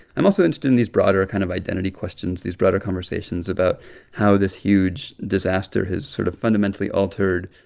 i'm also interested in these broader kind of identity questions, these broader conversations about how this huge disaster has sort of fundamentally altered,